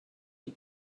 die